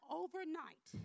overnight